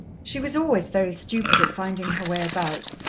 she was always very stupid at finding her way about,